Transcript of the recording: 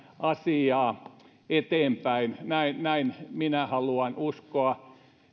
asiaa eteenpäin näin näin minä haluan uskoa